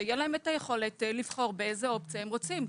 ותהיה להם היכולת לבחור את האופציה שהם רוצים.